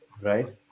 Right